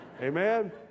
amen